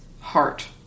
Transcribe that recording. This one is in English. heart